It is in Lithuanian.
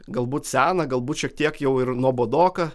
galbūt seną galbūt šiek tiek jau ir nuobodoką